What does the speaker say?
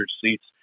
seats